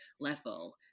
level